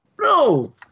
No